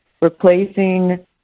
replacing